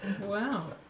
Wow